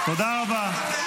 תודה רבה.